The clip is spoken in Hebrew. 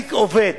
להעסיק עובד